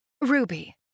Ruby